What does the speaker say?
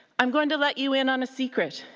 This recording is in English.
i'm going to let you in on a secret.